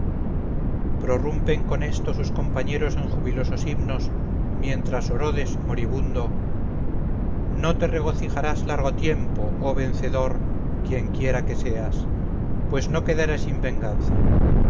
guerra prorrumpen con esto sus compañeros en jubilosos himnos mientras orodes moribundo no te regocijarás largo tiempo oh vencedor quienquiera que seas pues no quedaré sin venganza